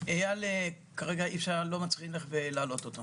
כרגע לא מצליחים להעלות את איל.